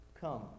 Come